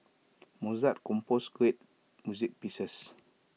Mozart composed great music pieces